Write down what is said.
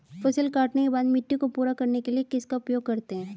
फसल काटने के बाद मिट्टी को पूरा करने के लिए किसका उपयोग करते हैं?